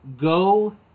go